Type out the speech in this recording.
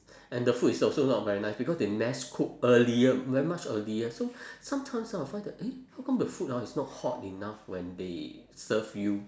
and the food is also not very nice because they mass cook earlier very much earlier so sometimes ah I find that eh how come the food ah is not hot enough when they serve you